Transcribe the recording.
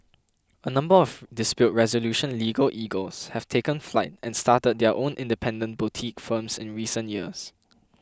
number of dispute resolution legal eagles have taken flight and started their own independent boutique firms in recent years